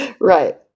Right